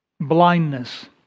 blindness